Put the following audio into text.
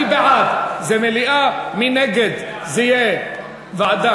מי בעד, זה מליאה, מי נגד, זה יהיה ועדה.